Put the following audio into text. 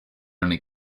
only